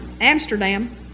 Amsterdam